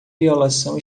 violação